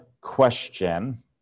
question